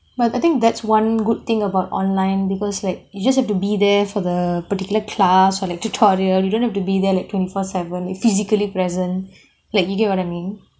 but I think that's one good thing about online because like you just have to be there for the particular class or like tutorial you don't have to be there like twenty four seven physically present like you get what I mean